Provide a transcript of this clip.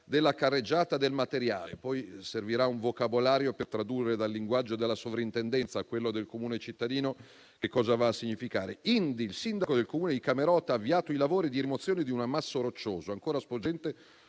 della carreggiata dal materiale. Poi servirà un vocabolario per tradurre dal linguaggio della Soprintendenza a quello del comune cittadino che cosa ciò va a significare. Indi il sindaco del Comune di Camerota ha avviato i lavori di rimozione di un ammasso roccioso